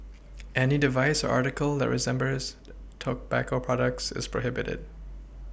any device or article that resembles tobacco products is prohibited